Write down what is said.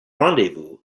rendezvous